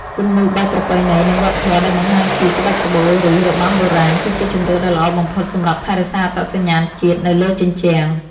គំនូរបែបប្រពៃណី និងវប្បធម៌ ដែលបង្ហាញពីក្បាច់ក្បូរ ឬរបាំបុរាណ គឺជាជម្រើសដ៏ល្អបំផុតសម្រាប់ថែរក្សាអត្តសញ្ញាណជាតិនៅលើជញ្ជាំង។